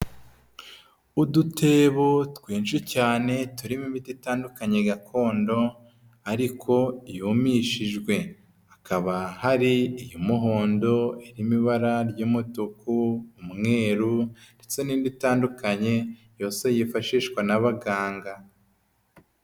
Udutebo twinshi cyane turimo imiti itandukanye gakondo ariko yumishijwe, hakaba hari iy'umuhondo, irimo ibara ry'umutuku, umweru ndetse n'indi itandukanye yose yifashishwa n'abaganga.